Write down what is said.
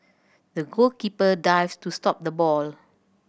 the goalkeeper dived to stop the ball